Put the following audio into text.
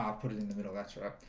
um put it in the middle. that's right,